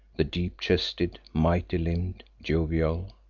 the deep-chested, mighty-limbed, jovial,